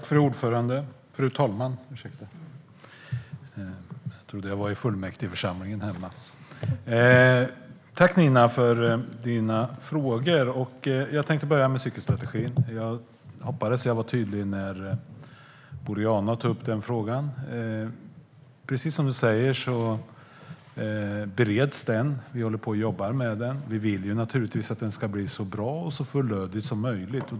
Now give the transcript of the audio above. Fru talman! Tack, Nina Lundström, för dina frågor! Jag tänkte börja med cykelstrategin. Jag hoppas att jag var tydlig när Boriana Åberg tog upp frågan. Precis som Nina Lundström säger bereds lagstiftningen. Vi jobbar med den, och vi vill naturligtvis att den ska bli så bra och fullödig som möjligt.